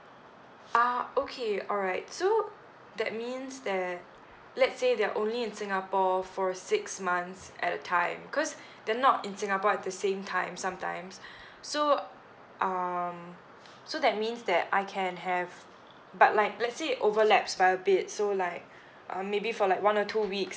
ah okay alright so that means that let's say they're only in singapore for a six months at a time cause they're not in singapore at the same time sometimes so uh um so that means that I can have but like let's say it overlaps by a bit so like um maybe for like one or two weeks